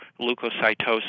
leukocytosis